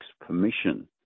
permission